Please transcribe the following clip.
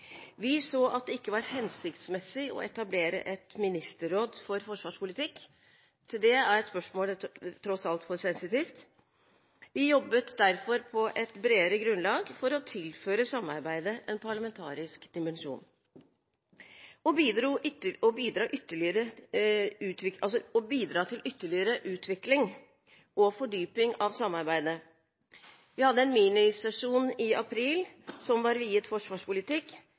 Vi så at det ikke var hensiktsmessig å etablere et ministerråd for forsvarspolitikk. Til det er spørsmålet tross alt for sensitivt. Vi jobbet derfor på et bredere grunnlag for å tilføre samarbeidet en parlamentarisk dimensjon og bidra til ytterligere utvikling og fordyping av samarbeidet. Vi hadde en minisesjon i april som var viet forsvarspolitikk.